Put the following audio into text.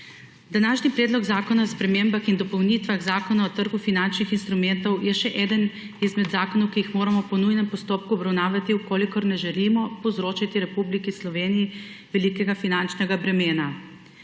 Današnji Predlog zakona o spremembah in dopolnitvah Zakona o trgu finančnih instrumentov je še eden izmed zakonov, ki jih moramo po nujnem postopku obravnavati, v kolikor ne želimo povzročiti Republiki Sloveniji velikega finančnega bremena.